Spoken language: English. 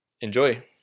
Enjoy